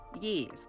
Yes